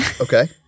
Okay